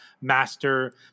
master